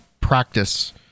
practice